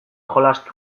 jolastu